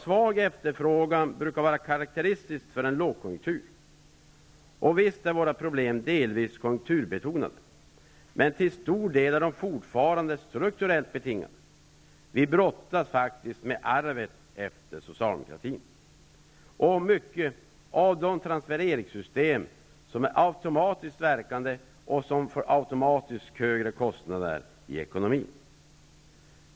Svag efterfrågan brukar vara karakteristiskt för en lågkonjunktur. Visst är våra problem delvis konjunkturbetonade. Men till stor del är de fortfarande strukturellt betingade. Vi brottas faktiskt med arvet efter socialdemokratin. Det gäller i mångt och mycket de transfereringssystem som är automatiskt verkande och som automatiskt leder till högre kostnader i ekonomin.